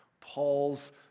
Paul's